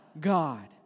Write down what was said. God